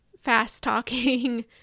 fast-talking